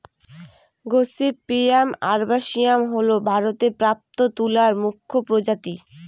gossypium arboreum হল ভারতে প্রাপ্ত তুলার মুখ্য প্রজাতি